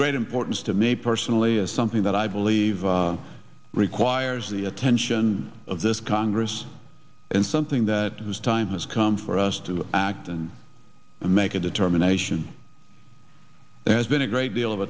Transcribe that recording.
great importance to me personally as something that i believe requires the attention of this congress and something that was time has come for us to act and make a determination there's been a great deal of